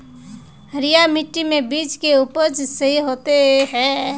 हरिया मिट्टी में बीज के उपज सही होते है?